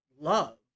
love